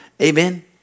Amen